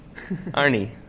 Arnie